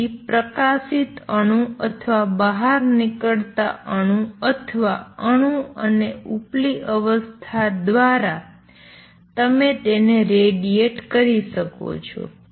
તેથી પ્રકાશિત અણુ અથવા બહાર નીકળતા અણુ અથવા અણુ અને ઉપલી અવસ્થા દ્વારા તમે તેને રેડિયેટ કરી શકો છો